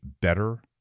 better